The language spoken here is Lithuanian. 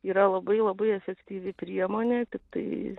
yra labai labai efektyvi priemonė tai